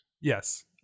Yes